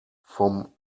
vom